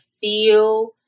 feel